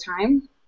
time